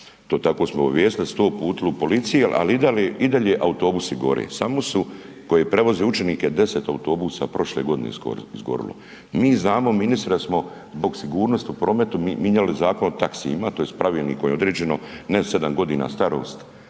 to tako su me obavijestili da su to uputili policiji, ali i dalje autobusi gore koji prevoze učenike 10 autobusa prošle godine skoro izgorilo. Mi znamo ministre da smo zbog sigurnosti u prometu minjali zakon o taxijima, tj. pravilnikom je određeno ne 7 godina starost